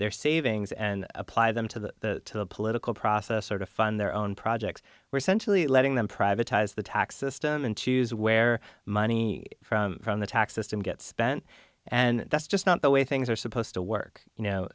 their savings and apply them to the political process or to fund their own projects were sent to the letting them privatized the tax system and choose where money from from the tax system gets spent and that's just not the way things are supposed to work you know